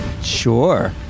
Sure